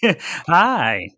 Hi